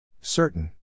Certain